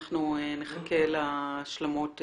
אנחנו נחכה להשלמות,